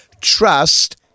trust